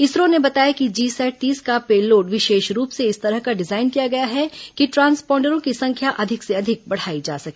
इसरो ने बताया कि जीसैट तीस का पेलोड विशेष रूप से इस तरह डिजाइन किया गया है कि ट्रांसपोंडरों की संख्या अधिक से अधिक बढ़ाई जा सके